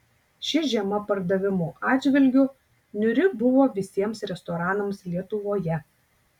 ši žiema pardavimų atžvilgiu niūri buvo visiems restoranams lietuvoje